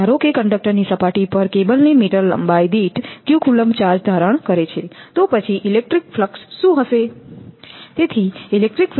તેથી ધારો કે કંડકટરની સપાટી પર કેબલની મીટર લંબાઈ દીઠ q કુલમ્બ ચાર્જ ધારણ કરે છેતો પછી ઇલેક્ટ્રિક ફ્લક્સelectric flux